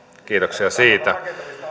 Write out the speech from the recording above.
kiitoksia siitä